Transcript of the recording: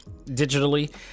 digitally